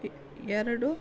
A ಎರಡು